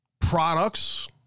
products